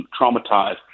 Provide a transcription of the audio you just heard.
traumatized